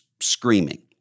screaming